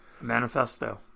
manifesto